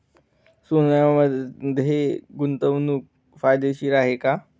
सोन्यामध्ये गुंतवणूक फायदेशीर आहे का?